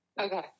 Okay